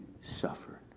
suffered